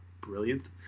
brilliant